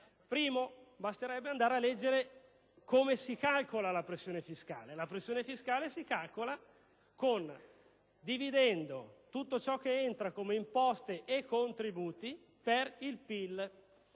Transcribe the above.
Intanto basterebbe andare a leggere come si calcola la pressione fiscale: la pressione fiscale si calcola dividendo tutte le entrate derivanti da imposte e contributi per il PIL.